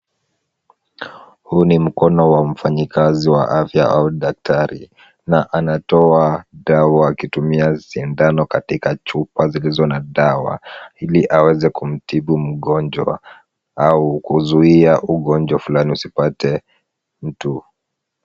Huu ni mkono wa mfanyikazi wa afya au daktari na anatoa dawa akitumia sindano katika chupa zilizo na dawa ili aweze kumtibu mgonjwa au kuzuia ugonjwa fulani usipate mtu.